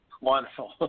wonderful